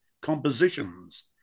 compositions